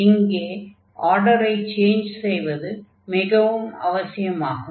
இங்கு ஆர்டரை சேஞ்ச் செய்வது மிகவும் அவசியமாகும்